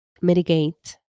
mitigate